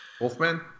Wolfman